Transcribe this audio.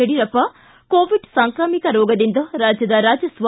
Yediyurappa Covid ಸಾಂಕ್ರಾಮಿಕ ರೋಗದಿಂದಾಗಿ ರಾಜ್ಯದ ರಾಜಸ್ತ